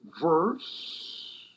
verse